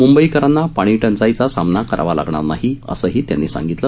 मुंबईकरांना पाणीटंचाईचा सामना करावा लागणार नाही असंही त्यांनी सांगितलं